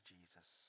Jesus